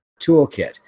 toolkit